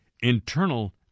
internal